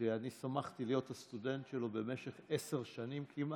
שאני שמחתי להיות הסטודנט שלו במשך עשר שנים כמעט,